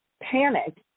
panic